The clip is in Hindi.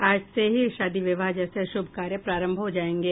आज से ही शादी विवाह जैसे शुभ कार्य प्रारंभ हो जायेंगे